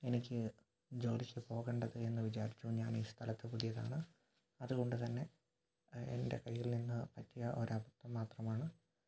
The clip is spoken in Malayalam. എനിക്ക് ജോലിക്ക് പോകേണ്ടത് എന്ന് വിചാരിച്ചു ഞാൻ ഈ സ്ഥലത്ത് പുതിയതാണ് അതുകൊണ്ട് തന്നെ എൻ്റെ കയ്യിൽ നിന്ന് പറ്റിയ ഒരു അബദ്ധം മാത്രമാണ്